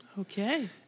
Okay